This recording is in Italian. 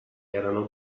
erano